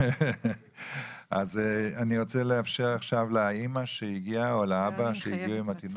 אני רוצה לאפשר לאימא שהגיעה עם התינוק.